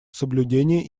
соблюдения